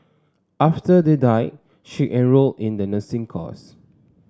after they died she enrolled in the nursing course